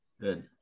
Good